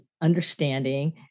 understanding